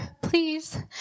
please